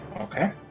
Okay